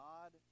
God